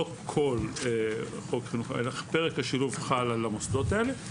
לא כל חוק החינוך המיוחד חל על המוסדות האלה.